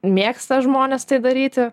mėgsta žmones tai daryti